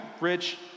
rich